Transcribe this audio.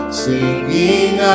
singing